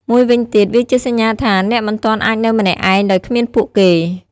មួយវិញទៀត វាជាសញ្ញាថា អ្នកមិនទាន់អាចនៅម្នាក់ឯង ដោយគ្មានពួកគេ។